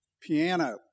piano